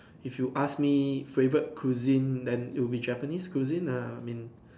if you ask me favorite cuisine then it will be Japanese cuisine lah I mean